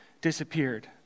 disappeared